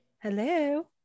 hello